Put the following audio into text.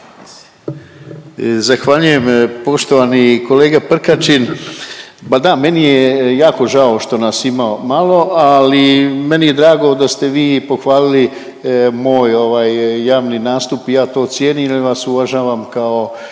Zahvaljujem. Poštovani kolega Prkačin, pa da meni je jako žao što nas ima malo, ali meni je drago da ste vi pohvalili moj ovaj javni nastup i ja to cijenim jer vas uvažavam kao,